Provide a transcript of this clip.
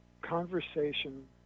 conversation